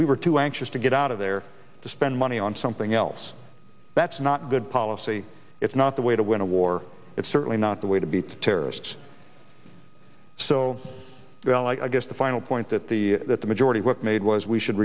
we were too anxious to get out of there to spend money on something else that's not good policy it's not the way to win a war it's certainly not the way to beat terrorists so i guess the final point that the that the majority whip made was we should